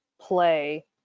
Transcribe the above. play